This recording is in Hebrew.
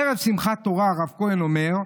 ערב שמחת תורה הרב כהן אומר: